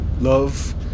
love